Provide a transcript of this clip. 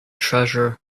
treasure